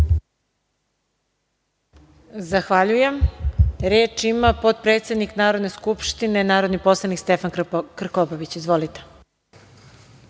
Zahvaljujem. Reč ima potpredsednik Narodne skupštine, narodni poslanik Stefan Krkobabić. Izvolite.